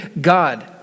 God